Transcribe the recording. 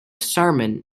sermon